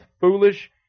foolish